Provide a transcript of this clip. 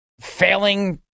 failing